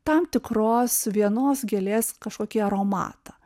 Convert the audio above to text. tam tikros vienos gėlės kažkokį aromatą